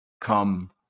come